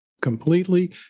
completely